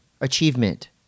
achievement